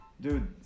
dude